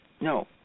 No